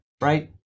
Right